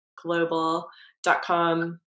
global.com